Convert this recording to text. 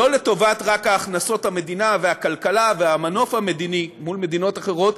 לא רק לטובת הכנסות המדינה והכלכלה והמנוף המדיני מול מדינות אחרות,